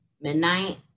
midnight